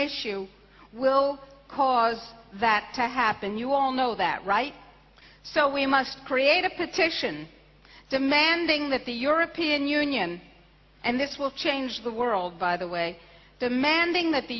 issue will cause that to happen you all know that right so we must create a petition demanding that the european union and this will change the world by the way the mandating that the